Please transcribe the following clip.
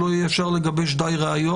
שלא יהיה אפשר לגבש די ראיות.